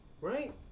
Right